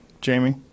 Jamie